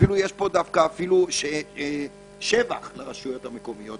ואפילו יש פה שבח לרשויות המקומיות,